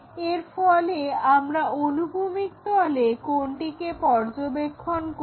এর ফলে আমরা অনুভূমিক তলে কোণটিকে পর্যবেক্ষণ করব